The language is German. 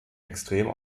extrem